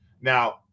Now